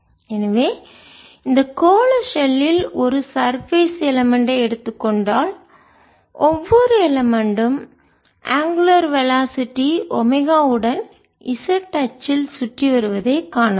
எனவே இந்த கோள ஷெல்லில் ஒரு சர்பேஸ் மேற்பரப்பு எலமென்ட் ஐ எடுத்துக் கொண்டால் ஒவ்வொரு எலமென்ட் ம் அங்குலர் வெலாசிட்டி கோண வேகம் ஒமேகாவுடன் z அச்சில் சுற்றி வருவதை காணலாம்